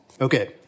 Okay